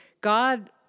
God